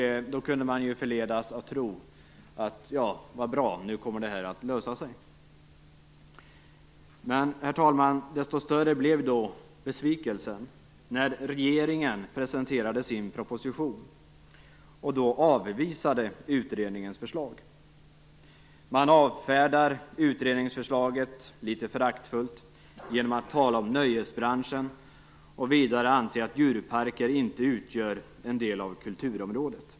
Då kunde man förledas att tro att det hela skulle komma att lösa sig. Herr talman! Desto större blev då besvikelsen när regeringen presenterade sin proposition och då avvisade utredningens förslag. Man avfärdar utredningsförslaget litet föraktfullt genom att tala om nöjesbranschen. Vidare säger man att djurparker inte utgör någon del av kulturområdet.